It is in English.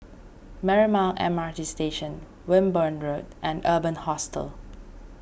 Marymount M R T Station Wimborne Road and Urban Hostel